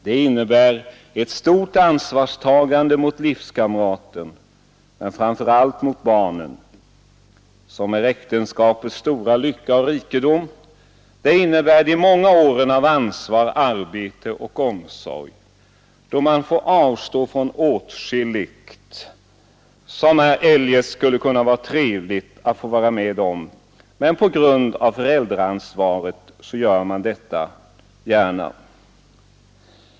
Det innebär ett stort ansvarstagande möt livskamraten men framför allt mot barnen, som är äktenskapets stora lycka och rikedom. Det innebär de många åren av ansvar, arbete och omsorg, då man får avstå från åtskilligt kulle vara trevligt att få vara med om, men på grund av föräldraansvaret gör man detta gärna.